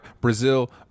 Brazil